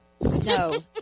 No